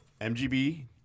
MGB